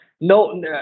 no